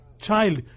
child